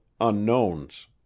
unknowns